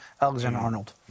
Alexander-Arnold